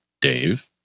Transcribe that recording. Dave